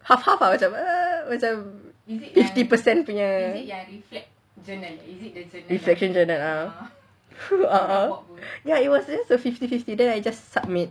half half macam macam fifty percent punya reflection journal a'ah ya it was just a fifty fifty then I just submit